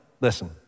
listen